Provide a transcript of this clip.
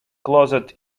closet